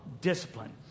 discipline